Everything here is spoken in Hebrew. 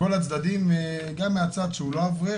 אני מכיר את כל הצדדים גם מהצד שהוא לא אברך,